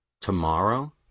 Tomorrow